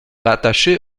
rattaché